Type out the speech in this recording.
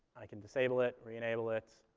i can disable it, re-enable it,